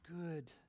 good